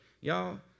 y'all